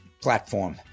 platform